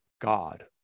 God